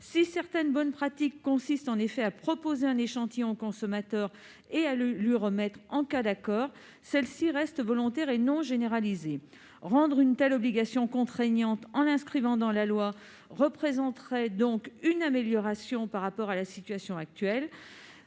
Si certaines bonnes pratiques consistent à proposer un échantillon au consommateur et à le lui remettre en cas d'accord, celles-ci restent volontaires et non généralisées. Rendre une telle obligation contraignante en l'inscrivant dans la loi représenterait une amélioration par rapport à la situation actuelle.